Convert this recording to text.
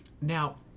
Now